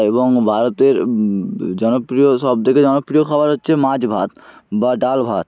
এবং ভারতের জনপ্রিয় সব থেকে জনপ্রিয় খাবার হচ্ছে মাছ ভাত বা ডাল ভাত